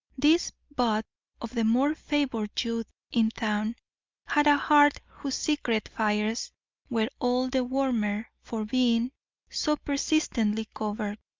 this butt of the more favoured youth in town had a heart whose secret fires were all the warmer for being so persistently covered,